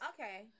Okay